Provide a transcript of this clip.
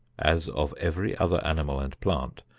as of every other animal and plant,